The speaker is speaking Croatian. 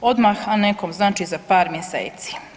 odmah, a nekom znači za par mjeseci.